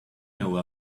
know